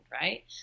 right